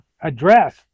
address